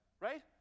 Right